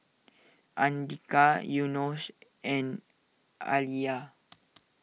Andika Yunos and Alya